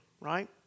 right